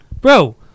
Bro